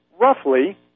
roughly